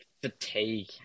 fatigue